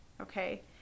okay